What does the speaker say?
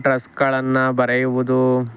ಡ್ರಸ್ಗಳನ್ನು ಬರೆಯುವುದು